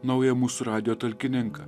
naują mūsų radijo talkininką